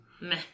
Meh